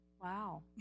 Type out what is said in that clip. wow